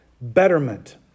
betterment